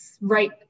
right